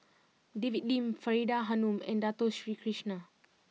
David Lim Faridah Hanum and Dato Sri Krishna